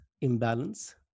imbalance